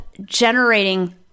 generating